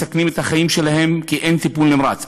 מסכנים את החיים שלהם כי אין טיפול נמרץ.